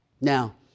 Now